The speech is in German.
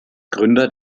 gründer